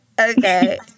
Okay